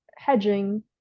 Hedging